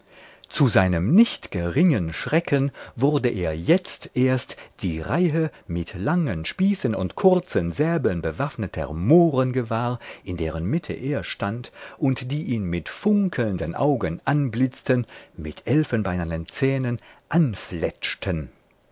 zu seinem nicht geringen schrecken wurde er jetzt erst die reihe mit langen spießen und kurzen säbeln bewaffneter mohren gewahr in deren mitte er stand und die ihn mit funkelnden augen anblitzten mit elfenbeinernen zähnen anfletschten